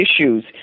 issues